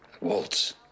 Waltz